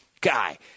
guy